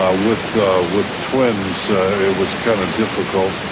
ah with with twins it was kinda difficult.